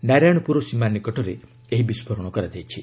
ନାରାୟଣପୁର ସୀମା ନିକଟରେ ଏହି ବିଷ୍କୋରଣ କରାଯାଇଛି